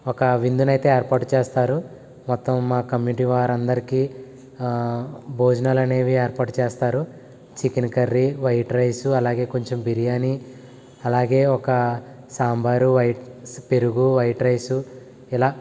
ఒక విందు అయితే ఏర్పాటు చేస్తారు మొత్తం మా కమిటీ వారు అందరికి భోజనాలు అనేవి ఏర్పాటు చేస్తారు చికెన్ కర్రీ వైట్ రైస్ అలాగే కొంచెం బిర్యానీ అలాగే ఒక సాంబారు వై స్ పెరుగు వైట్ రైస్ ఇలా